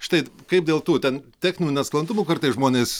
štai kaip dėl tų ten techninių nesklandumų kartais žmonės